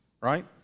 right